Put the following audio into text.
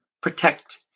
protect